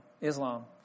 Islam